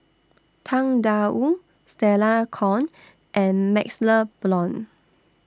Tang DA Wu Stella Kon and MaxLe Blond